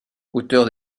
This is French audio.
auteur